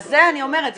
אז זה אני אומרת,